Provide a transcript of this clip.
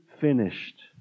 finished